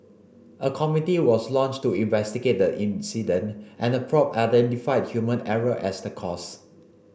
a committee was launched to investigate the incident and the probe identified human error as the cause